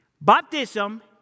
Baptism